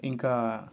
ఇంకా